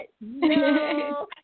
no